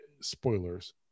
spoilers